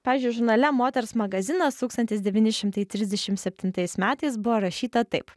pavyzdžiui žurnale moters magazinas tūkstantis devyni šimtai trisdešimt septintais metais buvo rašyta taip